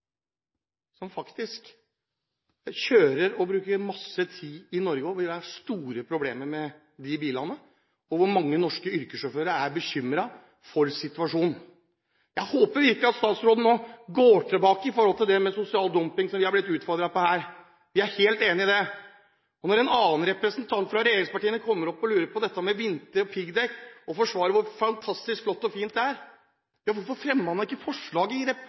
som faktisk kjører og bruker masse tid i Norge. Vi har store problemer med disse bilene, og mange norske yrkessjåfører er bekymret for situasjonen. Jeg håper virkelig at statsråden nå går tilbake på det med sosial dumping som vi er blitt utfordret på her. Vi er helt enig. Når en annen representant fra regjeringspartiene kommer opp her og lurer på dette med vinter og piggdekk, og forsvarer hvor fantastisk flott og fint det er, ja, hvorfor fremmer man ikke forslag når representantforslaget er til behandling i